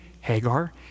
Hagar